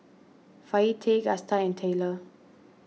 Fayette Gusta and Tayler